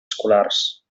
escolars